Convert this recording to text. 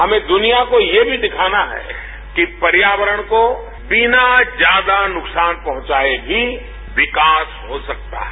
हमें दुनिया को यह भी दिखाना है कि पर्यावरण को बिना ज्यादा नुकसान पहुंचाए भी विकास हो सकता है